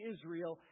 Israel